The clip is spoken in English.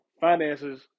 finances